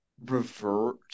revert